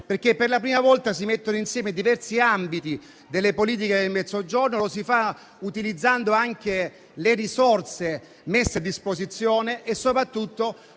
Per la prima volta si mettono insieme diversi ambiti delle politiche del Mezzogiorno e lo si fa utilizzando anche le risorse messe a disposizione. Soprattutto,